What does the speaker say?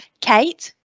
Kate